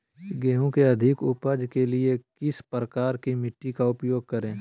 गेंहू की अधिक उपज के लिए किस प्रकार की मिट्टी का उपयोग करे?